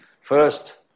first